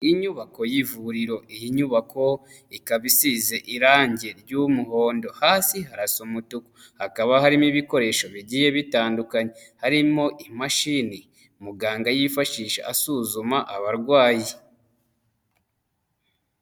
Inyubako y'ivuriro, iyi nyubako ikaba isize irangi ry'umuhondo, hasi harasa umutuku. Hakaba harimo ibikoresho bigiye bitandukanye, harimo imashini muganga yifashisha asuzuma abarwayi.